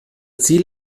ziel